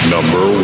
Number